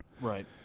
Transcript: right